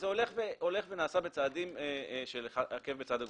זה נעשה בצעדים של עקב בצד אגודל.